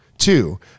Two